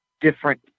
different